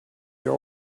your